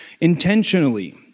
intentionally